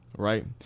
right